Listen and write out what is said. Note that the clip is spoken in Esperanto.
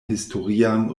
historian